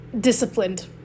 disciplined